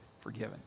forgiven